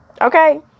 Okay